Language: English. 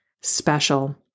special